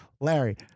Larry